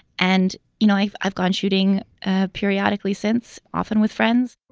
and, you know, if i've gone shooting ah periodically since, often with friends,